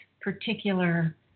particular